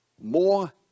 more